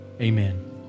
Amen